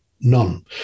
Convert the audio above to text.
none